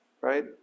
right